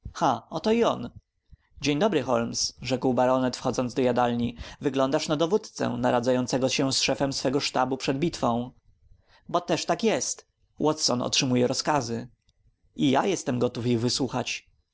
oto i on dzień dobry holmes rzekł baronet wchodząc do jadalni wyglądasz na dowódcę naradzającego się z szefem swego sztabu przed bitwą bo też tak jest watson otrzymuje rozkazy i ja gotów jestem ich wysłuchać